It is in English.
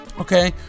okay